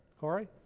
corey?